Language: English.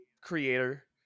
creator